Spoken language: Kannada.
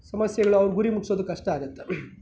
ಸಮಸ್ಯೆಗಳು ಗುರಿ ಮುಟ್ಟೋದು ಕಷ್ಟ ಆಗುತ್ತೆ